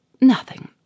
Nothing